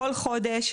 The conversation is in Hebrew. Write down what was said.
כל חודש,